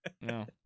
No